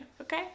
okay